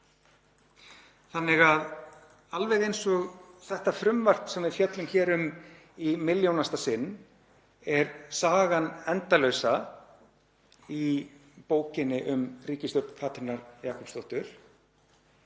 Þannig að alveg eins og þetta frumvarp sem við fjöllum hér um í milljónasta sinn er sagan endalausa í bókinni um ríkisstjórn Katrínar Jakobsdóttur